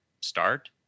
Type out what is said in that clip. start